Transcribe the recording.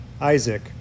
Isaac